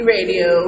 Radio